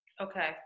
Okay